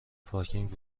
پارکینگ